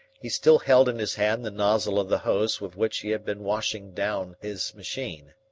he still held in his hand the nozzle of the hose with which he had been washing down his machine.